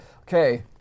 Okay